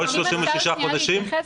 כל 36 חודשים?